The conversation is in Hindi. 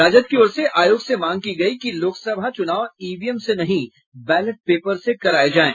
राजद की ओर से आयोग से मांग की गयी कि लोकसभा चुनाव ईवीएम से नहीं बैलेट पेपर से कराये जायें